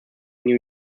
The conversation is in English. new